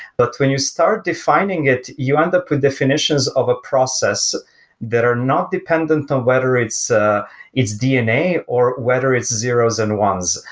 but when you start defining it, you end up with definitions of a process that are not dependent on whether it's ah it's dna or whether it's zeroes and ones.